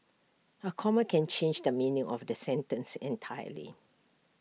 A comma can change the meaning of A sentence entirely